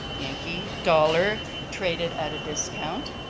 yankee dollar traded at a discount.